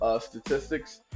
statistics